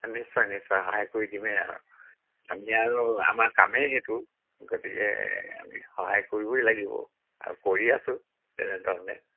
নিশ্চয় নিশ্চয় সহায় কৰি দিমেই আৰু আমি আৰু আমাৰ কামেই সেইটো গতিকে আমি সহায় কৰিবই লাগিব আৰু কৰি আছোঁ তেনেধৰণে